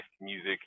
music